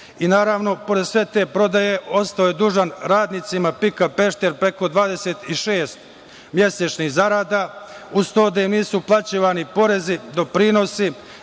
i, naravno, pored sve te prodaje, ostao je dužan radnicima PIK „Pešter“ preko 26 mesečnih zarada, uz to da im nisu uplaćivani porezi, doprinosi,